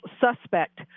suspect